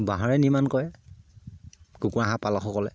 বাঁহৰে নিৰ্মাণ কৰে কুকুৰা হাঁহ পালকসকলে